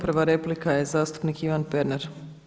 Prva replika je zastupnik Ivan Pernar.